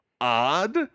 odd